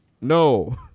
No